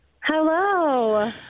Hello